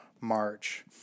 March